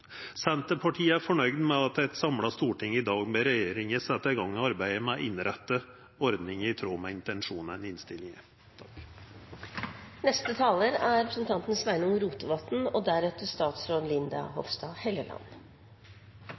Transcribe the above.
Senterpartiet er fornøgd med at eit samla storting i dag ber regjeringa setja i gang arbeidet med å innretta ordninga i tråd med intensjonane i innstillinga.